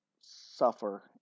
suffer